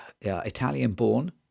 Italian-born